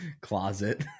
closet